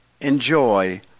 enjoy